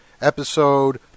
episode